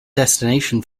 destination